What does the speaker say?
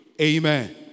Amen